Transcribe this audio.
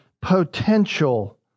potential